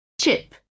Chip